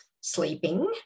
sleeping